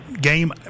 game